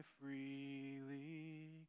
freely